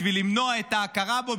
בשביל למנוע את ההכרה בו,